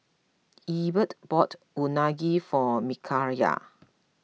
Egbert bought Unagi for Mikayla